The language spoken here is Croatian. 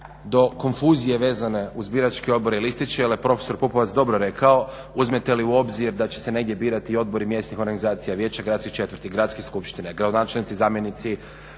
do konfuzije vezane uz biračke odbore i listiće jer je prof. PUpovac dobro rekao, uzmete li u obzir da će se negdje birati odbori mjesnih organizacija, vijeća gradskih četvrti, gradske skupštine, gradonačelnici, zamjenici,